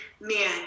man